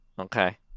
Okay